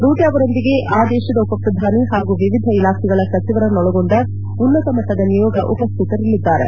Rutte ಅವರೊಂದಿಗೆ ಆ ದೇಶದ ಉಪಪ್ರಧಾನಿ ಹಾಗೂ ವಿವಿಧ ಇಲಾಖೆಗಳ ಸಚಿವರನ್ನೊಳಗೊಂಡ ಉನ್ನತ ಮಟ್ಲದ ನಿಯೋಗ ಉಪಸ್ಥಿತರಿರಲಿದ್ದಾರೆ